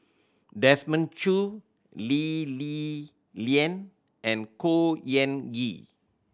Desmond Choo Lee Li Lian and Khor Ean Ghee